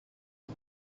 and